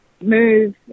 Move